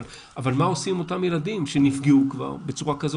אבל מה עושים עם אותם ילדים שנפגעו כבר בצורה כזאת